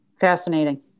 Fascinating